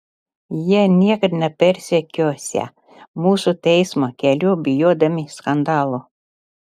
jie niekad nepersekiosią mūsų teismo keliu bijodami skandalo